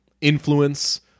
influence